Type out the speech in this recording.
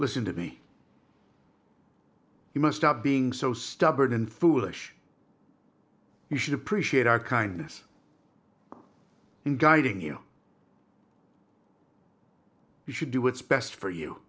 listen to me you must stop being so stubborn and foolish you should appreciate our kindness in guiding you we should do what's best for you